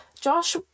Josh